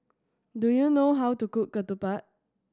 do you know how to cook ketupat